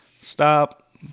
Stop